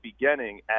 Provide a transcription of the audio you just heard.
beginning